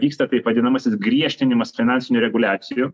vyksta taip vadinamasis griežtinimas finansinių reguliacijų